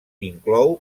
inclou